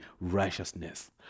righteousness